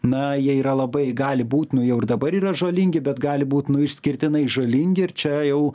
na jie yra labai gali būt nu jau ir dabar yra žalingi bet gali būt nu išskirtinai žalingi ir čia jau